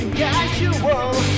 casual